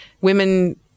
women